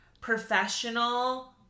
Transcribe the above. professional